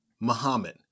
Muhammad